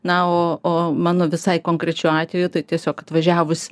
na o o mano visai konkrečiu atveju tai tiesiog atvažiavus